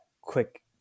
quick